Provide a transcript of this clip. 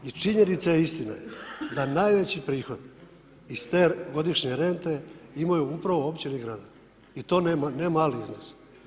I činjenica je i istina je da najveći prihod iz te godišnje rente imaju upravo općine i gradovi i to nemali iznos.